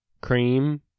cream